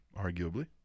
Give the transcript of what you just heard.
arguably